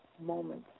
moment